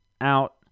out